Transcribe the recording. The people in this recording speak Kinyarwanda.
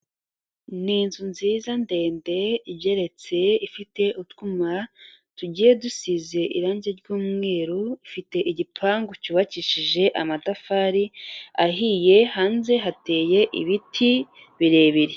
Ni inzu nziza ndende igeretse ifite utwuma tugiye dusize irange ry'umweru ifite igipangu cyubakishije amatafari ahiye, hanze hateye ibiti birebire.